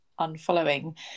unfollowing